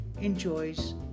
enjoys